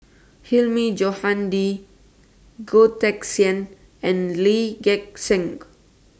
Hilmi Johandi Goh Teck Sian and Lee Gek Seng